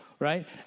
right